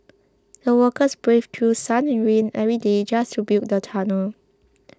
the workers braved through sun and rain every day just to build the tunnel